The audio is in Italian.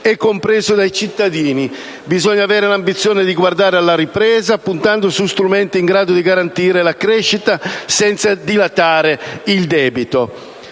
e compreso dai cittadini. Bisogna avere l'ambizione di guardare alla ripresa, puntando su strumenti in grado di garantire la crescita senza dilatare il debito.